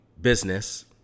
business